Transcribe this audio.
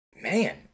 man